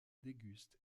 déguste